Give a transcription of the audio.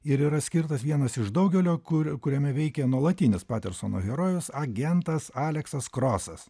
ir yra skirtas vienas iš daugelio kur kuriame veikia nuolatinis patersono herojus agentas aleksas krosas